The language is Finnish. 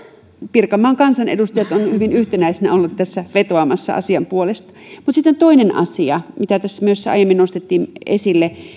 pirkanmaan kansanedustajat ovat hyvin yhtenäisinä olleet vetoamassa asian puolesta mutta sitten toinen asia mitä tässä myös aiemmin nostettiin esille